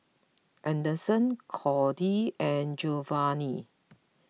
anderson Codi and Geovanni